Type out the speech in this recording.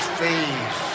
face